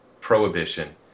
prohibition